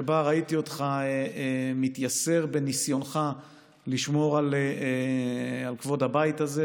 שבה ראיתי אותך מתייסר בניסיונך לשמור על כבוד הבית הזה,